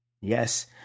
Yes